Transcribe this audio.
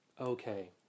Okay